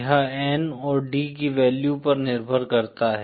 यह N और D की वैल्यू पर निर्भर करता है